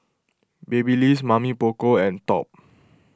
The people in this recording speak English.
Babyliss Mamy Poko and Top